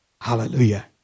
Hallelujah